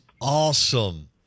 awesome